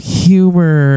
humor